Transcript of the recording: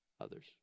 others